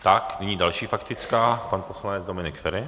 Tak nyní další faktická pan poslanec Dominik Feri.